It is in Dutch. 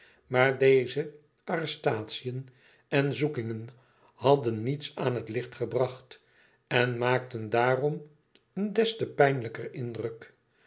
maar deze arrestatiën en zoekingen hadden niets aan het licht gebracht en maakten daarom een des te pijnlijkeren indruk